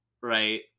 Right